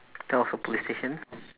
there was a police station